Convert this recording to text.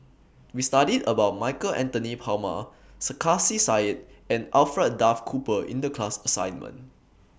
We studied about Michael Anthony Palmer Sarkasi Said and Alfred Duff Cooper in The class assignment